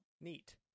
Neat